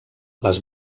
les